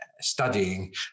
studying